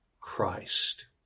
Christ